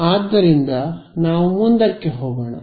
ಆದ್ದರಿಂದ ನಾವು ಮುಂದಕ್ಕೆ ಹೋಗೋಣ